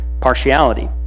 partiality